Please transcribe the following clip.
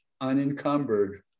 unencumbered